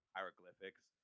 Hieroglyphics